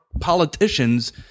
politicians